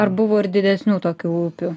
ar buvo ir didesnių tokių upių